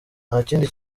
ntakindi